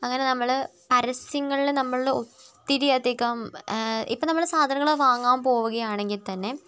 അങ്ങനെ നമ്മൾ പരസ്യങ്ങളിൽ നമ്മളിൽ ഒത്തിരി അധികം ഇപ്പോൾ നമ്മൾ സാധനങ്ങൾ വാങ്ങാൻ പോകുകയാണെങ്കിൽ തന്നെ